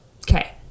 okay